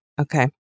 Okay